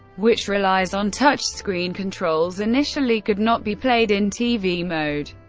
which relies on touch-screen controls, initially could not be played in tv mode.